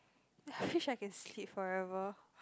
I wish I can sleep forever